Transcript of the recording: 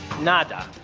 nada.